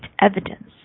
evidence